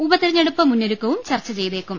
ഉപ തെരഞ്ഞെടുപ്പ് മുന്നൊരുക്കവും ചർ ച്ച ചെയ്തേക്കും